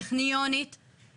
טכניונית,